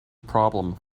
problem